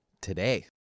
today